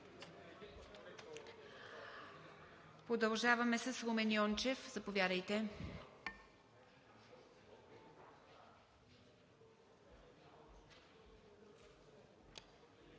Продължаваме с Румен Йончев. Заповядайте.